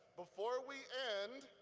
before we end,